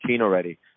already